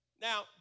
Now